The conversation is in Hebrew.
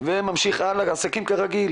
והוא ממשיך הלאה כרגיל,